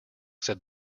said